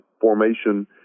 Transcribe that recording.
formation